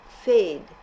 fade